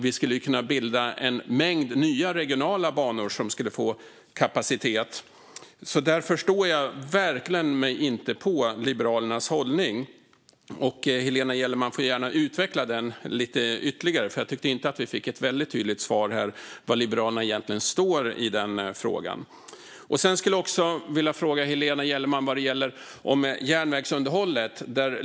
Vi skulle också kunna bilda en mängd nya regionala banor som skulle få kapacitet. Jag förstår mig verkligen inte på Liberalernas hållning här. Helena Gellerman får gärna utveckla den ytterligare, för jag tycker inte att vi fick ett tydligt svar på var Liberalerna egentligen står i frågan. Jag skulle också vilja fråga Helena Gellerman om järnvägsunderhållet.